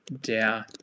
der